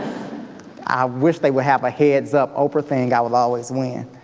i wish they would have a heads-up oprah thing i would always win.